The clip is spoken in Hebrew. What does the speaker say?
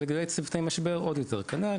ולגבי צוותי משבר עוד יותר כנ"ל,